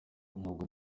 ntabwo